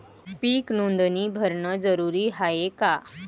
पीक नोंदनी भरनं जरूरी हाये का?